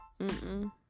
Mm-mm